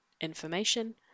information